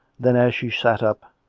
then, as she sat up,